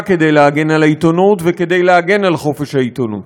כדי להגן על העיתונות וכדי להגן על חופש העיתונות.